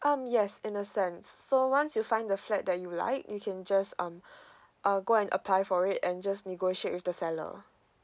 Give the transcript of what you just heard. um yes in a sense so once you find the flat that you like you can just um err go and apply for it and just negotiate with the seller